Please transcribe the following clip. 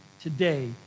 today